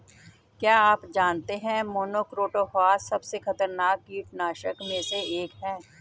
क्या आप जानते है मोनोक्रोटोफॉस सबसे खतरनाक कीटनाशक में से एक है?